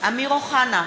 אמיר אוחנה,